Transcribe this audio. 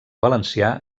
valencià